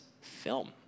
film